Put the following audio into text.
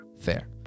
fair